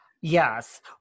Yes